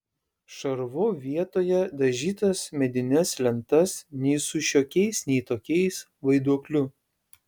šarvu vietoje dažytas medines lentas su nei šiokiais nei tokiais vaiduokliu